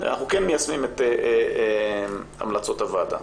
אנחנו כן מיישמים את המלצות הוועדה'.